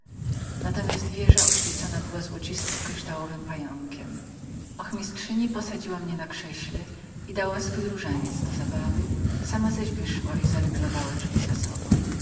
natomiast wieża oświeconą była złoconym kryształowym pająkiem ochmistrzyni moja posadziła mnie na krześle i dała swój różaniec do zabawy sama zaś wyszła i zaryglowała drzwi za sobą